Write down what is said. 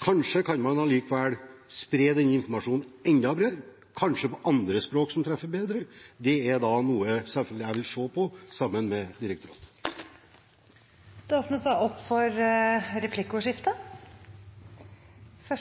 Kanskje kan man allikevel spre den informasjonen enda bredere, og kanskje på andre språk som treffer bedre? Det er noe jeg selvfølgelig vil se på, sammen med direktoratet. Det blir replikkordskifte. Jeg